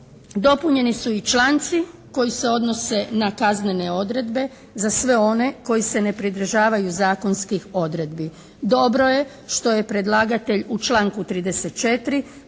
Dopunjeni su i članci koji se odnose na kaznene odredbe za sve one koji se ne pridržavaju zakonskih odredbi. Dobro je što je predlagatelj u članku 34. produžio